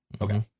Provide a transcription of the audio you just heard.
Okay